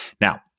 Now